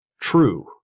true